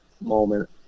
moment